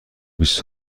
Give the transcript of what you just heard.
بیست